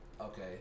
Okay